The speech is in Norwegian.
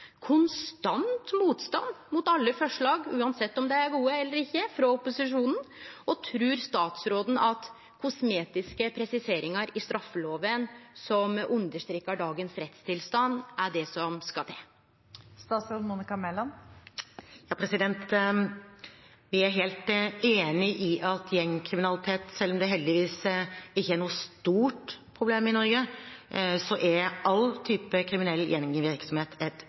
konstant motstand mot alle forslag, uansett om dei er gode eller ikkje, frå opposisjonen? Og trur statsråden at kosmetiske presiseringar i straffeloven, som understrekar dagens rettstilstand, er det som skal til? Vi er helt enig i at gjengkriminalitet – selv om det heldigvis ikke er noe stort problem i Norge – og alle typer kriminell gjengvirksomhet et